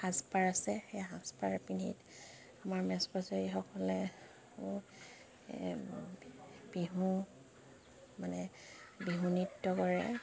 সাজপাৰ আছে সেই সাজপাৰ পিন্ধি আমাৰ মেচ কছাৰীসকলে বিহু মানে বিহু নৃত্য কৰে